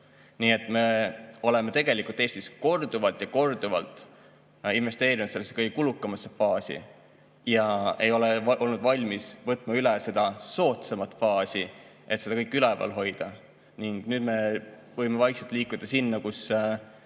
Nii et me oleme tegelikult Eestis korduvalt ja korduvalt investeerinud sellesse kõige kulukamasse faasi ja ei ole olnud valmis võtma üle seda soodsamat faasi, et seda kõike üleval hoida. Ning nüüd me võime vaikselt liikuda sinna, kus